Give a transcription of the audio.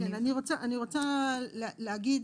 אני רוצה להגיד,